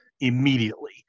immediately